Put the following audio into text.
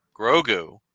grogu